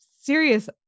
serious